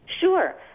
Sure